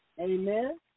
Amen